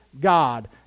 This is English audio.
God